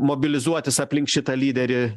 mobilizuotis aplink šitą lyderį